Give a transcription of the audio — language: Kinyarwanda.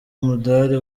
umudari